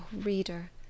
reader